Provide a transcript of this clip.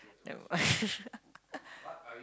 never mind